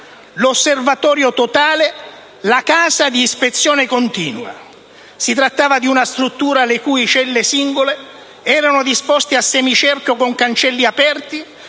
osservatorio totale, una casa di ispezione continua: si trattava di una struttura le cui celle singole erano disposte a semicerchio con cancelli aperti